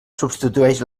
substitueix